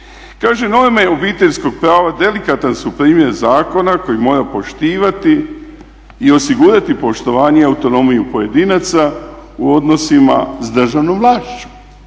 razumije./… obiteljskog prava delikatan su primjer zakona koji moraju poštivati i osigurati poštovanje i autonomiju pojedinaca u odnosima s državnom vlašću